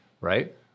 right